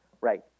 right